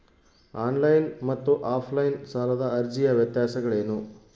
On line ಮತ್ತು offline ಸಾಲದ ಅರ್ಜಿಯ ವ್ಯತ್ಯಾಸಗಳೇನು?